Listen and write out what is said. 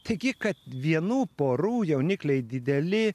taigi kad vienų porų jaunikliai dideli